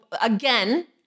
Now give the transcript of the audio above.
again